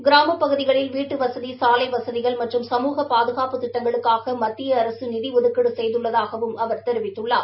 கிராமப்பகுதிகளில் வீட்டுவசதி சாலை வசதிகள் மற்றும் சமூக பாதுகாப்பு திட்டங்களுக்காக மத்திய அரசு நிதி ஒதுக்கீடு செய்துள்ளதாகவும் அவர் தெரிவித்துள்ளார்